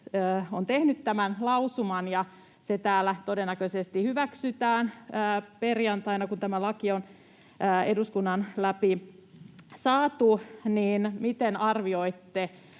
on tehnyt tämän lausuman ja se täällä todennäköisesti hyväksytään perjantaina, kun tämä laki on eduskunnan läpi saatu, niin miten arvioitte,